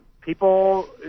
people